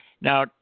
Now